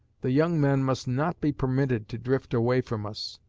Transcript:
the young men must not be permitted to drift away from us.